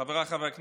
חבריי חברי הכנסת,